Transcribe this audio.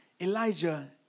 Elijah